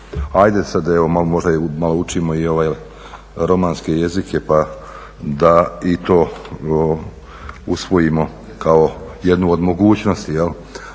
Ajde sad možda malo učimo i romanske jezike pa da i to usvojimo kao jednu od mogućnosti.